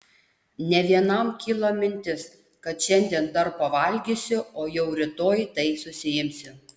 ne vienam kyla mintis kad šiandien dar pavalgysiu o jau rytoj tai susiimsiu